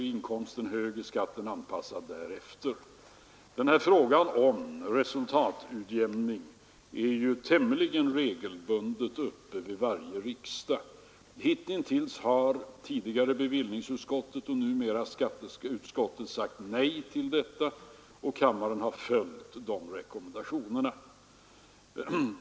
Är inkomsten hög är skatten anpassad därefter. Frågan om resultatutjämning är tämligen regelbundet uppe vid varje riksdag. Hitintills har tidigare bevillningsutskottet och numera skatteutskottet sagt nej i denna fråga, och kammaren har följt de rekommendationerna.